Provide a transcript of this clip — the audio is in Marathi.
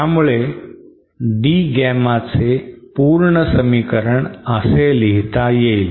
त्यामुळे D Gamma चे पूर्ण समीकरण असे लिहिता येईल